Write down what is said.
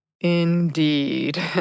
Indeed